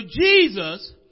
Jesus